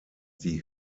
die